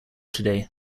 today